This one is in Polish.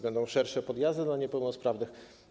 Będą też szersze podjazdy dla niepełnosprawnych.